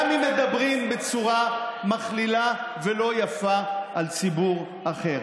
גם אם מדברים בצורה מכלילה ולא יפה על ציבור אחר.